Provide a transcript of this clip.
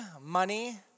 Money